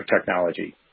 technology